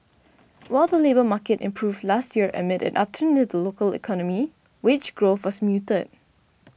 while the labour market improved last year amid an upturn in the local economy wage growth was muted